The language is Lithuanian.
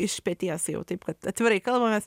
iš peties jau taip kad atvirai kalbamės